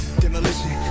demolition